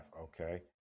Okay